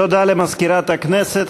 תודה למזכירת הכנסת.